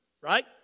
right